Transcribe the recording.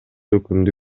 өкүмдү